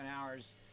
hours